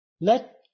let